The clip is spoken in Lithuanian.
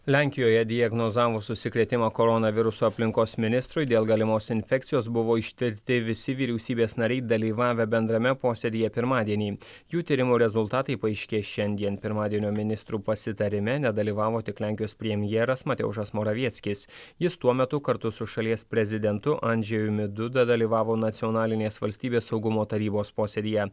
lenkijoje diegnozavus užsikrėtimą koronavirusu aplinkos ministrui dėl galimos infekcijos buvo ištirti visi vyriausybės nariai dalyvavę bendrame posėdyje pirmadienį jų tyrimų rezultatai paaiškės šiandien pirmadienio ministrų pasitarime nedalyvavo tik lenkijos premjeras mateušas moravieckis jis tuo metu kartu su šalies prezidentu andžejumi duda dalyvavo nacionalinės valstybės saugumo tarybos posėdyje